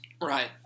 Right